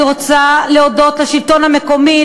אני רוצה להודות לשלטון המקומי,